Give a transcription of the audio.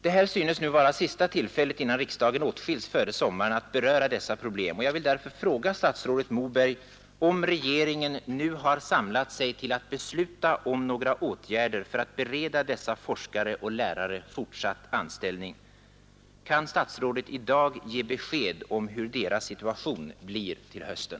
Detta synes nu vara sista tillfället innan riksdagen åtskils före sommaren att beröra dessa problem, och jag vill därför fråga statsrådet Moberg om regeringen har samlat sig till att besluta om några åtgärder för att bereda dessa forskare och lärare fortsatt anställning. Kan statsrådet i dag ge besked om hur deras situation blir till hösten?